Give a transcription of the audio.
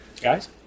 Guys